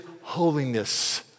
holiness